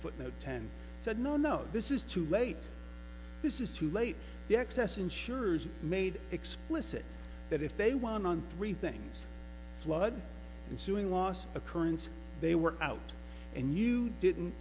foot no ten said no no this is too late this is too late the excess insurers made explicit that if they won on three things flood and suing lost occurrence they were out and you didn't